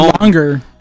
longer